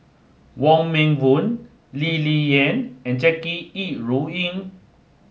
Wong Meng Voon Lee Ling Yen and Jackie Yi Ru Ying